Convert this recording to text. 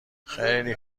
خیلی